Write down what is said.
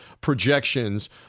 projections